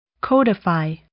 Codify